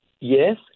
Yes